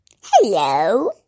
hello